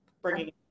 bringing